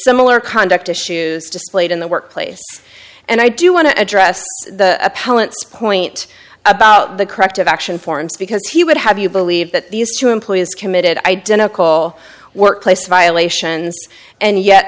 similar conduct issues displayed in the workplace and i do want to address the appellant's point about the corrective action forms because he would have you believe that these two employees committed identical workplace violations and yet